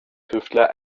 tüftler